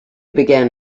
began